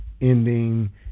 ending